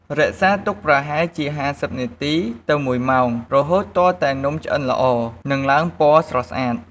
រក្សាទុកប្រហែលជា ៥០ នាទី ទៅ ១ ម៉ោង រហូតទាល់តែនំឆ្អិនល្អ និងឡើងពណ៌ស្រស់ស្អាត។